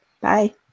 Bye